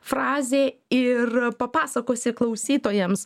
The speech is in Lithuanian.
frazė ir papasakosi klausytojams